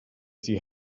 sie